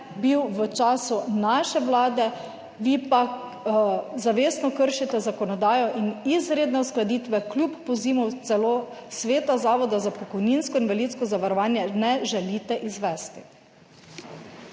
bil v času naše Vlade, vi pa zavestno kršite zakonodajo in izredne uskladitve kljub pozivu celo sveta Zavoda za pokojninsko in invalidsko zavarovanje ne želite izvesti.